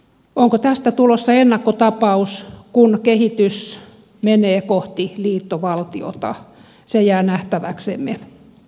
onko tästä tulossa ennakkotapaus kun kehitys menee kohti liittovaltiota se jää nähtäväksemme